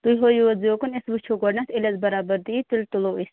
تُہۍ چھِوا یوٚکُن أسۍ وُچھو گۄڈٕنٮ۪تھ ییٚلہِ اَسہِ بَرابَری یِیہِ تیٚلہِ تُلو أسۍ